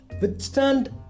Withstand